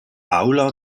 aula